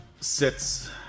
sits